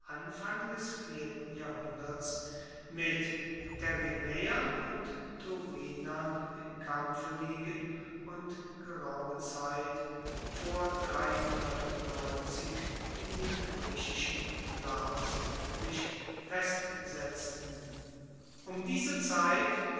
anfang des vierten jahrhunderts mit terinaeern und thurinern im kampf liegen und geraume zeit vor in dem griechischen laos sich festsetzten um diese zeit